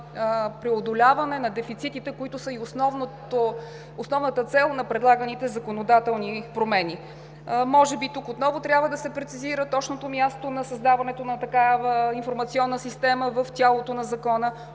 преодоляване на дефицитите, които са основната цел на предлаганите законодателни промени. Тук отново трябва да се прецизира точното място на създаването на такава информационна система в тялото на Закона.